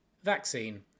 Vaccine